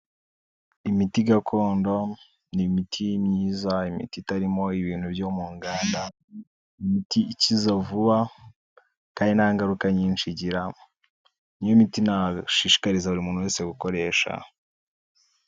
Imiti gakondo ni imiti myiza imiti itarimo ibintu byo mu nganda, imiti ikiza vuba kandi nta ngaruka nyinshi igira, niyo miti nashishikariza buri muntu wese gukoresha.